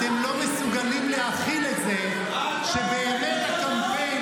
אתם לא מסוגלים להכיל את זה שבאמת הקמפיין